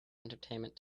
entertainment